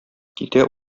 китә